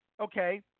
okay